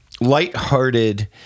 lighthearted